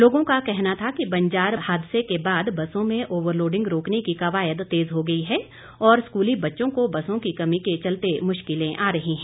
लोगों का कहना था कि बंजार हादसे के बाद बसों में ओवरलोडिंग रोकने की कवायद तेज हो गई है और स्कूली बच्चों को बसों की कमी के चलते मुश्किलें आ रही हैं